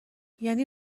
یعنی